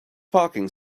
parking